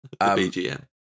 BGM